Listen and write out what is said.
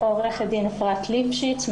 כך שעברייני אלימות וגם